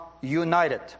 united